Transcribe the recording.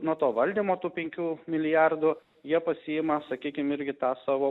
nuo to valdymo tų penkių milijardų jie pasiima sakykim irgi tą savo